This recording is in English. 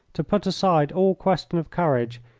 to put aside all question of courage,